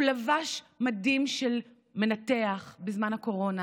הוא לבש מדים של מנתח בזמן הקורונה